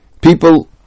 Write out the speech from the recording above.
people